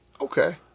Okay